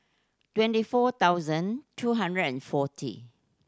twenty four thousand two hundred and forty